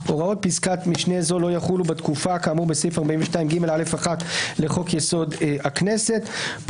הוראות פסקת משנה זו לא יחולו בתקופה כאמור בסעיף 42ג(א1) הכוונה פה